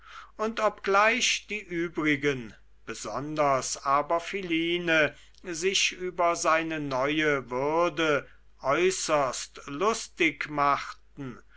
und obgleich die übrigen besonders aber philine sich über seine neue würde äußerst lustig machten